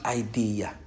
idea